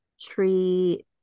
tree